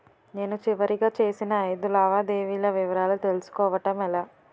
నేను చివరిగా చేసిన ఐదు లావాదేవీల వివరాలు తెలుసుకోవటం ఎలా?